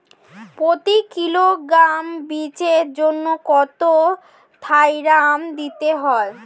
প্রতি কিলোগ্রাম বীজের জন্য কত থাইরাম দিতে হবে?